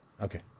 Okay